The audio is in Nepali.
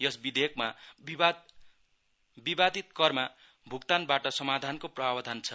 यस विधेयकमा विवादित करमा भुक्तानबाट समाधानको प्रावधान छ